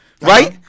right